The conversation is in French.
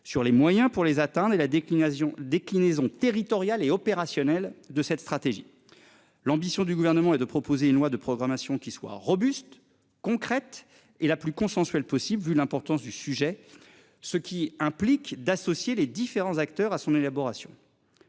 sur les moyens pour les atteindre et la déclinaison déclinaison territoriale et opérationnel de cette stratégie. L'ambition du gouvernement et de proposer une loi de programmation qui soient. Concrète et la plus consensuelle possible vu l'importance du sujet. Ce qui implique d'associer les différents acteurs à son élaboration.